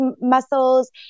muscles